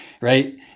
right